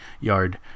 yard